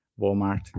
Walmart